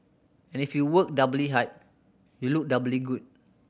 and if you work doubly hard you look doubly good